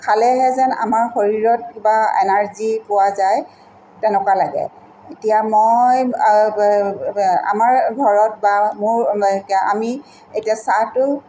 খালেহে যেন আমাৰ শৰীৰত কিবা এনাৰ্জি পোৱা যায় তেনেকুৱা লাগে এতিয়া মই আমাৰ ঘৰত বা মোৰ বিশেষকৈ আমি এতিয়া চাহটো